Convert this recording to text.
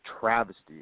travesty